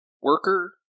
worker